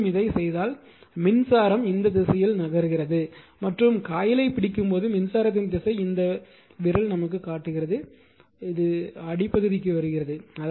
இங்கேயும் இதைச் செய்தால் மின்சாரம் இந்த திசையில் நகர்கிறது மற்றும் காயிலை பிடிக்கும் போது மின்சாரத்தின் திசை இந்த விரல் காட்டுகிறது இது அடிப்பகுதிக்கு வருகிறது